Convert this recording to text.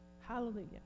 hallelujah